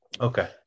Okay